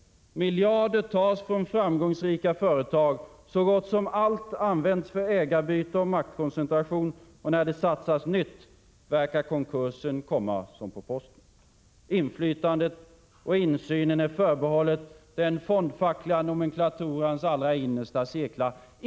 Miljarder tas från framgångsrika företag. Så gott som allt används för ägarbyte och maktkoncentration. Och när det satsas nytt, verkar konkursen komma som på posten. Inflytandet och insynen förbehålls den fondfackliga nomenklaturans allra innersta cirklar.